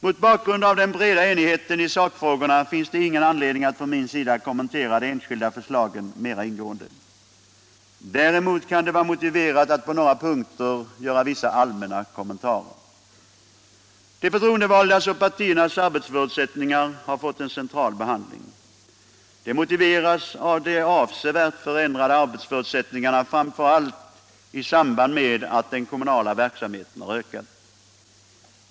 Mot bakgrund av den breda enigheten i sakfrågorna finns det ingen anledning för mig att kommentera de enskilda förslagen mera ingående. Däremot kan det vara motiverat att på några punkter göra vissa allmänna kommentarer. De förtroendevaldas och partiernas arbetsmöjligheter har fått en central behandling. Det motiveras av de avsevärt förändrade arbetsförutsättningarna, framför allt i samband med att den kommunala verksamheten har ökat.